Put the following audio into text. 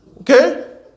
okay